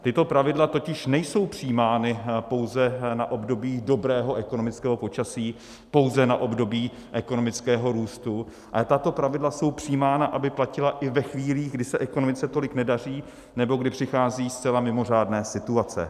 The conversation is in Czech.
Tato pravidla totiž nejsou přijímána pouze na období dobrého ekonomického počasí, pouze na období ekonomického růstu, ale tato pravidla jsou přijímána, aby platila i ve chvílích, kdy se ekonomice tolik nedaří nebo kdy přichází zcela mimořádná situace.